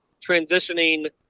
transitioning